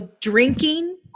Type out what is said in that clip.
drinking